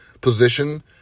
position